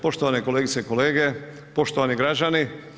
Poštovane kolegice i kolege, poštovani građani.